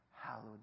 hallowed